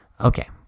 Okay